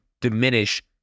diminish